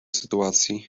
sytuacji